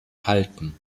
halten